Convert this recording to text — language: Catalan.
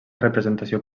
representació